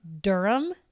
Durham